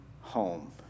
home